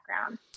background